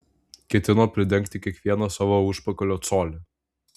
ketino pridengti kiekvieną savo užpakalio colį